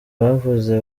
bavuze